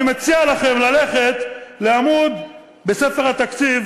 אני מציע לכם ללכת בספר התקציב